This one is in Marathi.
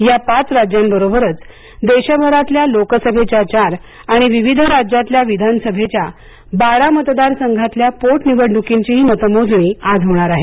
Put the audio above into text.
या पाच राज्यांबरोबरच देशभरातल्या लोकसभेच्या चार आणि विविध राज्यांतल्या विधानसभेच्या बारा मतदारसंघातल्या पोटनिवडणूकींची मतमोजणीही आज होणार आहे